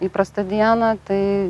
įprastą dieną tai